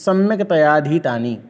सम्यक्तयाधीतानि